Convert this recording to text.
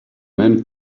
men